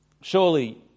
Surely